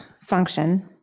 function